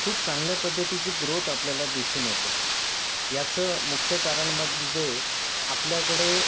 खूप चांगल्या पद्धतीची ग्रोथ आपल्याला दिसून येते याचं मुख्य कारण म्हणजे आपल्याकडे